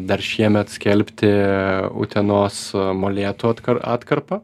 dar šiemet skelbti utenos molėtų atkar atkarpą